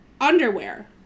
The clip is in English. underwear